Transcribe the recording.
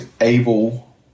able